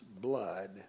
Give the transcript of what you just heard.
blood